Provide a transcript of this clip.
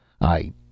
I